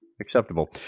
acceptable